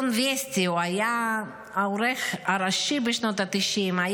הוא היה העורך הראשי בשנות ה-90 של העיתון וסטי,